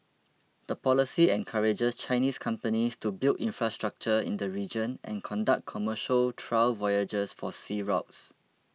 the policy encourages Chinese companies to build infrastructure in the region and conduct commercial trial voyages for sea routes